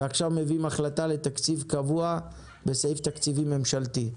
ועכשיו מביאים החלטה לתקציב קבוע בסעיף תקציבי ממשלתי.